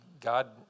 God